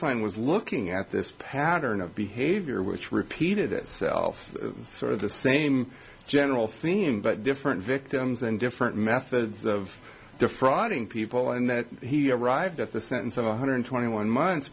sign was looking at this pattern of behavior which repeated itself sort of the same general theme but different victims and different methods of defrauding people and he arrived at the sentence of one hundred twenty one month